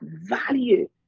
value